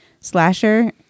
Slasher